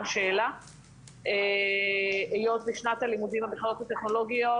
שאלה היות ושנת הלימודים במכללות הטכנולוגיות